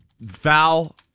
Val